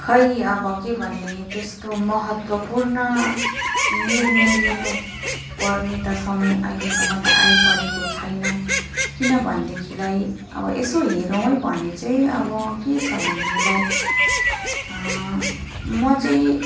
खै अब के भन्ने त्यस्तो महत्त्वपूर्ण निर्णय लिनुपर्ने त समय अहिलेसम्म त आइपरेको छैन किन भनेदेखिलाई अब यसो हेऱ्यौँ है भने चाहिँ अब के छ भनेदेखिलाई म चाहिँ